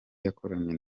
yakoranye